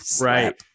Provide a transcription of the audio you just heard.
Right